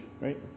right